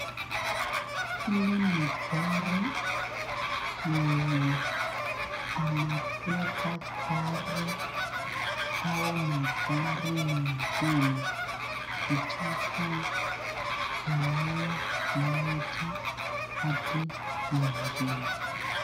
Hili ni gari yenye anabeba gari au magari mengine kutoka eneo moja hadi nyengine.